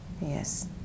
Yes